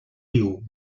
diu